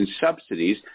subsidies